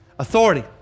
Authority